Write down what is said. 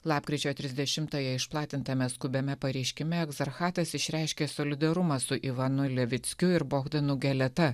lapkričio trisdešimtąją išplatintame skubiame pareiškime egzarchatas išreiškė solidarumą su ivanu levickiu ir bohdanu geleta